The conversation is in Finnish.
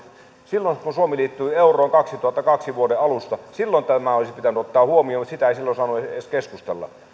silloin kun suomi liittyi euroon vuoden kaksituhattakaksi alusta tämä olisi pitänyt ottaa huomioon mutta siitä ei silloin saanut edes keskustella